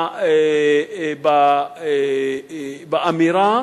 באמירה,